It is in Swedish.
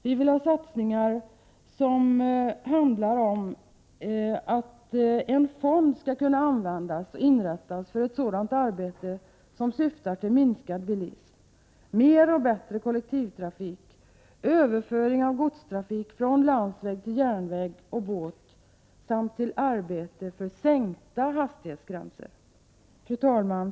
Vi vill att en fond skall inrättas för ett arbete som syftar till minskad bilism, mer och bättre kollektivtrafik, överföring av godstrafik från landsväg till järnväg och båt samt sänkta hastighetsgränser. Fru talman!